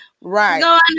right